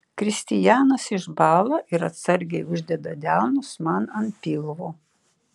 kristijanas išbąla ir atsargiai uždeda delnus man ant pilvo